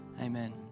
Amen